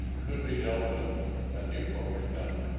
could be dealt with at the appropriate time.